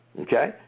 Okay